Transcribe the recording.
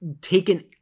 taken